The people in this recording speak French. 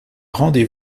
rendez